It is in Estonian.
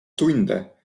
tunde